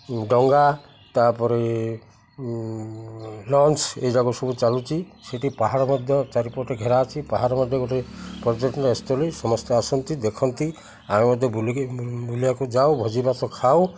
ଡଙ୍ଗା ତା'ପରେ ଲଞ୍ଚ ଏଇଯାକ ସବୁ ଚାଲୁଛି ସେଠି ପାହାଡ଼ ମଧ୍ୟ ଚାରିପଟେ ଘେରା ଅଛି ପାହାଡ଼ ମଧ୍ୟ ଗୋଟେ ପର୍ଯ୍ୟଟନସ୍ଥଳୀ ସମସ୍ତେ ଆସନ୍ତି ଦେଖନ୍ତି ଆମେ ମଧ୍ୟ ବୁଲିକି ବୁଲିବାକୁ ଯାଉ ଭୋଜି ଭାତ ଖାଉ